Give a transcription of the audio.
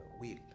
wheel